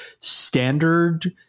standard